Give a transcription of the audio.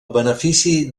benefici